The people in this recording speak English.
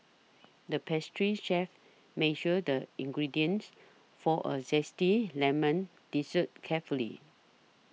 the pastry chef measured the ingredients for a Zesty Lemon Dessert carefully